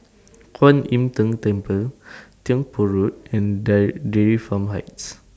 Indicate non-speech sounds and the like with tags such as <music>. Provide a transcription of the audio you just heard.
Kwan Im Tng Temple <noise> Tiong Poh Road and De Dairy Farm Heights